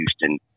Houston